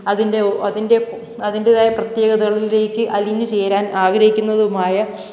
അതിന്റെ ഒ അതിന്റെ അതിൻറ്റേതായ പ്രത്യേകതകളിലേക്ക് അലിഞ്ഞ് ചേരാന് ആഗ്രഹിക്കുന്നതുമായ